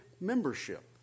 membership